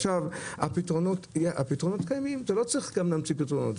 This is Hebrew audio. הפתרונות קיימים, לא צריך להמציא פתרונות.